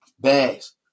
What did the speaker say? bags